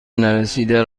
نرسیده